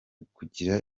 kugira